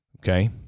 okay